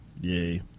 yay